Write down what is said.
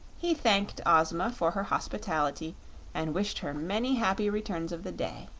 he thanked ozma for her hospitality and wished her many happy returns of the day.